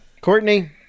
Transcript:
Courtney